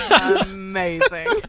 amazing